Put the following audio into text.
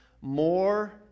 more